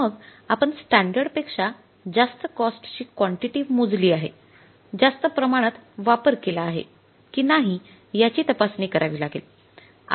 मग आपण स्टॅंडर्ड पेक्षा जास्त कॉस्ट ची कॉन्टिटी मोजली आहे जास्त प्रमाणात वापर केला आहे की नाही याची तपासणी करावी लागेल